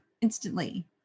instantly